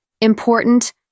important